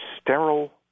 sterile